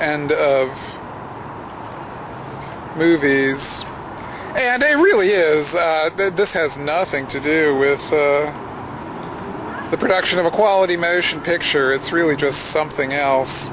and movies and he really is that this has nothing to do with the production of a quality motion picture it's really just something else